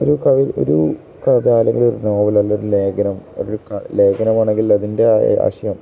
ഒരു കവി ഒരു കഥ അല്ലെങ്കില് ഒരു നോവല് അല്ലെങ്കിലൊരു ലേഖനം ഒരു ലേഖനമാണെങ്കിൽ അതിൻ്റെ ആശയം